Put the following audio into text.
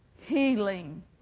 healing